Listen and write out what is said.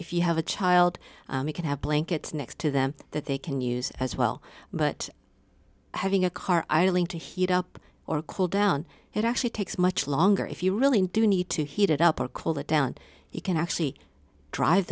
if you have a child you can have blankets next to them that they can use as well but having a car idling to heat up or cool down it actually takes much longer if you really do need to heat it up or cool it down you can actually drive